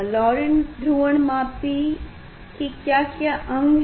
Laurent ध्रुवणमापी के क्या क्या अंग हैं